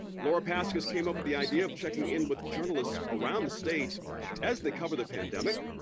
laura paskus came up with the idea of checking in with journalists around the state as they cover the pandemic.